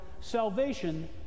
salvation